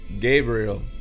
Gabriel